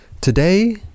today